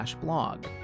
blog